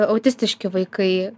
autistiški vaikai